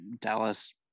Dallas